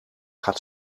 gaat